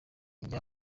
njya